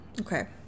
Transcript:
Okay